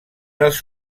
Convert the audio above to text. als